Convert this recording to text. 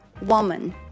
woman